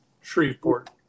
Shreveport